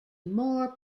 more